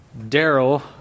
Daryl